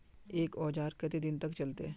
एक औजार केते दिन तक चलते?